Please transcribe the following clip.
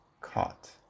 caught